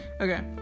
okay